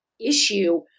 issue